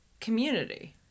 community